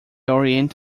orient